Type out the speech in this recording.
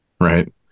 Right